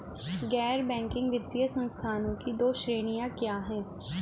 गैर बैंकिंग वित्तीय संस्थानों की दो श्रेणियाँ क्या हैं?